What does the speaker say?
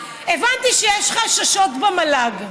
הבנתי שיש חששות במל"ג.